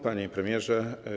Panie Premierze!